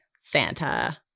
Santa